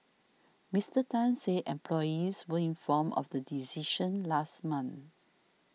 Mister Tan said employees were informed of the decision last month